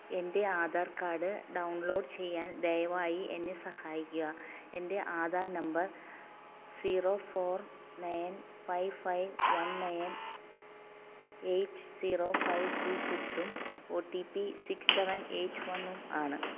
എൻ്റെ Aadhaar card download ചെയ്യാൻ ദയവായി എന്നെ സഹായിക്കുക എൻ്റെ Aadhaar number zero four nine five five one nine eight zero five three സിക്സും O T P six seven eight വണ്ണും ആണ്